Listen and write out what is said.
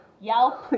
Yelp